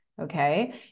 Okay